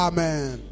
Amen